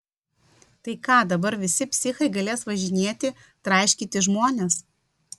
tai ką dabar visi psichai galės važinėti traiškyti žmones